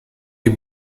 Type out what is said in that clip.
die